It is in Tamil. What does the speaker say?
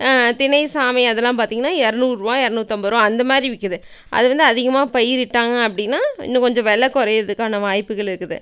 திணை சாமை அதெல்லாம் பார்த்தீங்கன்னா இரநூறுவா இரநூத்தம்பது ரூவா அந்த மாதிரி விற்கிது அது வந்து அதிகமாக பயிரிட்டாங்க அப்படின்னா இன்னும் கொஞ்சம் வில குறையிறதுக்கான வாய்ப்புகள் இருக்குது